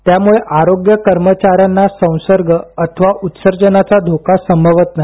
त्यामुळे आरोग्य कर्मचार्यां संसर्ग अथवा उत्सर्जनाचा धोका संभवत नाही